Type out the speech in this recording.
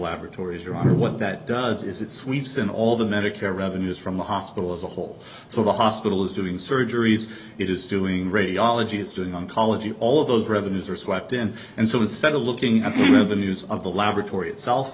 laboratories or what that does is it sweeps in all the medicare revenues from the hospital as a whole so the hospital is doing surgeries it is doing radiology it's doing oncology all of those revenues are slept in and so instead of looking at the end of the news of the laboratory itself